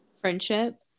friendship